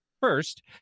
first